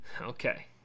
Okay